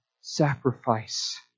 sacrifice